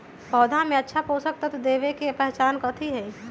पौधा में अच्छा पोषक तत्व देवे के पहचान कथी हई?